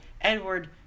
edward